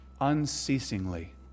unceasingly